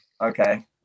Okay